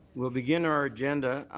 we'll begin our agenda.